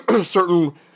Certain